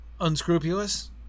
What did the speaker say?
unscrupulous